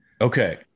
Okay